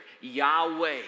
Yahweh